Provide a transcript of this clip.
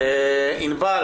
ענבל